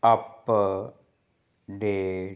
update